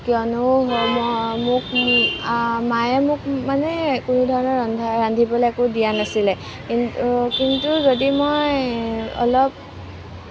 কিয়নো মোক মায়ে মোক মানে কোনোধৰণৰ ৰন্ধা ৰান্ধিবলৈ একো দিয়া নাছিলে কিন্তু কিন্তু যদি মই অলপ